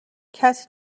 کسی